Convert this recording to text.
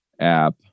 app